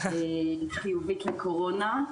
חיובית לקורונה.